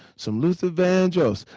some luther van dross,